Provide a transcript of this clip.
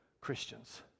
Christians